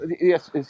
yes